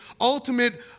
ultimate